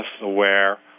aware